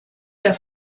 der